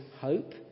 hope